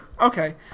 Okay